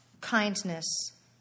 kindness